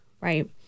right